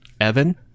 Evan